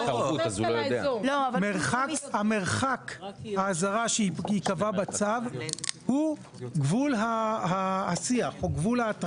מרחק האזהרה שייקבע בצו הוא גבול ההתראה.